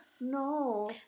No